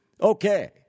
okay